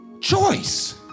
Choice